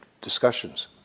discussions